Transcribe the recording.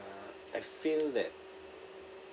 uh I feel that